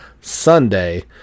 Sunday